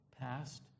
past